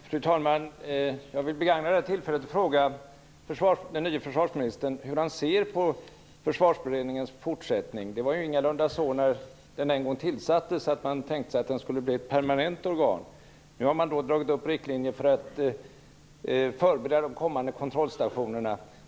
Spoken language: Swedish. Fru talman! Jag vill begagna detta tillfälle att fråga den nye försvarsministern hur han ser på Försvarsberedningens fortsättning. Det var ju ingalunda så när den en gång tillsattes att man tänkte sig att den skulle bli ett permanent organ. Nu har man dragit upp riktlinjer för att förbereda de kommande kontrollstationerna.